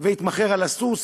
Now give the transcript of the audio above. והתמקח על הסוס,